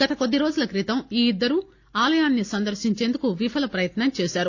గత కొద్దిరోజుల క్రితం ఈ ఇద్దరు ఆలయాన్ని సందర్భించేందుకు విఫల ప్రయత్నం చేశారు